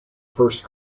first